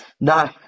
no